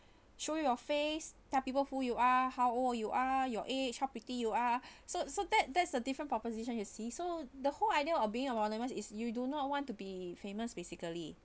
show your face tell people who you are how old you are your age how pretty you are so so that that's a different proposition you see so the whole idea of being anonymous is you do not want to be famous basically